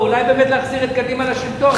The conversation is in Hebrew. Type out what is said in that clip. אולי באמת להחזיר את קדימה לשלטון.